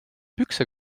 pükse